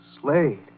Slade